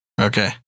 Okay